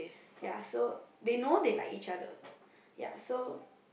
ya so they know they like each other ya so